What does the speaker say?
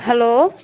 hello